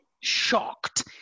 shocked